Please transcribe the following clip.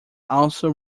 also